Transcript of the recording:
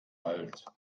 alt